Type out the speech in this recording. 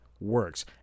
works